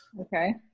okay